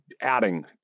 adding